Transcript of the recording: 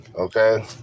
okay